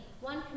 one